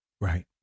Right